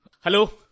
Hello